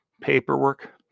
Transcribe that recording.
Paperwork